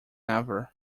ever